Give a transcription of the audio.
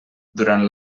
durant